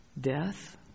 death